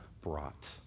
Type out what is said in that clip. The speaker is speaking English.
brought